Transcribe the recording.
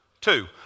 Two